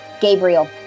Gabriel